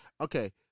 Okay